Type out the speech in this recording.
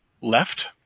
left